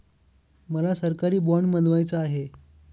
मला सरकारी बाँड बनवायचा आहे